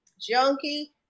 junkie